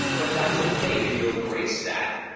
but that's okay and you embrace that.